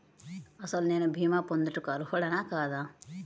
అసలు నేను భీమా పొందుటకు అర్హుడన కాదా?